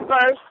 first